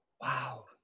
Wow